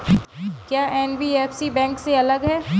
क्या NBFC bank से अलग है?